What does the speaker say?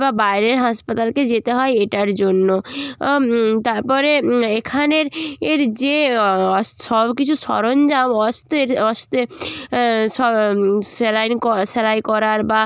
বা বাইরের হাসপাতালকে যেতে হয় এটার জন্য তারপরে এখানের এর যে সব কিছু সরঞ্জাম অস্ত্রের অস্তে স্যালাইন ক স্যালাই করার বা